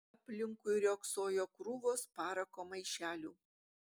aplinkui riogsojo krūvos parako maišelių